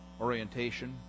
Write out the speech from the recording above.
orientation